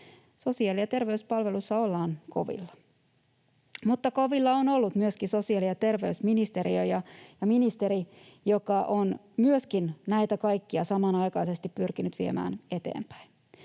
Sosiaali- ja terveyspalveluissa ollaan kovilla. Mutta kovilla on ollut myöskin sosiaali- ja terveysministeriö ja ‑ministeri, joka on myöskin näitä kaikkia samanaikaisesti pyrkinyt viemään eteenpäin.